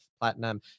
Platinum